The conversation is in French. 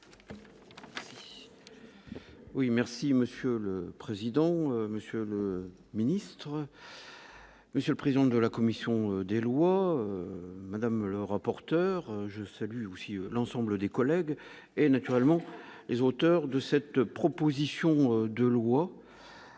Oui merci monsieur le président, Monsieur le ministre. Monsieur le président de la commission des lois, le rapporteur je salue aussi l'ensemble des collègues et naturellement les auteurs de cette proposition de loi